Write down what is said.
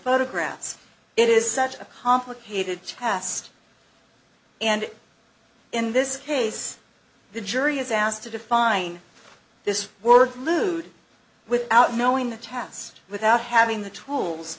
photographs it is such a complicated chast and in this case the jury is out to define this were glued without knowing the tast without having the tools